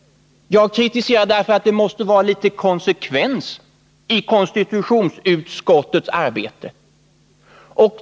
Jag kritiserar detta därför att det måste vara litet konsekvens i konstitutionsutskottets arbete.